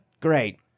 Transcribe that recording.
Great